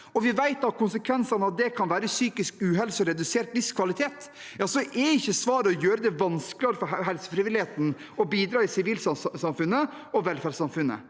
og vi vet at konsekvensene av det kan være psykisk uhelse og redusert livskvalitet, er ikke svaret å gjøre det vanskeligere for helsefrivilligheten å bidra i sivilsamfunnet og velferdssamfunnet.